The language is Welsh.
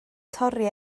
torri